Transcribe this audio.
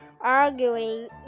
arguing